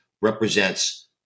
represents